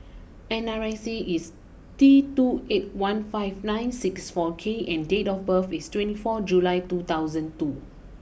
N R I C is T two eight one five nine six four K and date of birth is twenty four July two thousand two